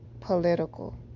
political